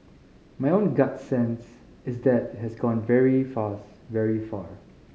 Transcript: my own gut sense is that it has gone very fast very far